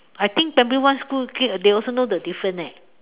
I think primary one school kid they also know the different eh